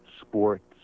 sports